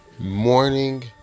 Morning